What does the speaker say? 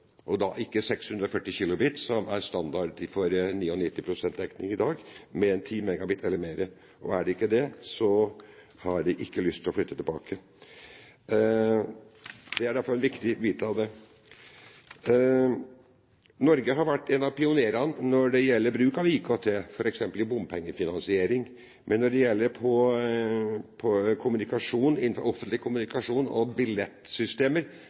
for 99 pst. dekning i dag, men 10 MB eller mer. Er det ikke det, har de ikke lyst til å flytte tilbake. Det er derfor en viktig bit av det. Norge har vært en av pionerene når det gjelder bruk av IKT, f.eks. i bompengefinansiering, men når det gjelder offentlig kommunikasjon